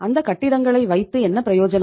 அந்தக் கட்டிடங்களை வைத்து என்ன பிரயோஜனம்